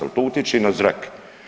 Ali to utječe i na zrak.